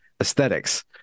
aesthetics